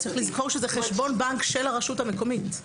צריך לזכור שזהו חשבון בנק של הרשות המקומית.